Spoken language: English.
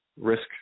Risk